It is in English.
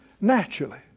naturally